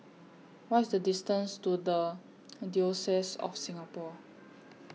What IS The distance to The Diocese of Singapore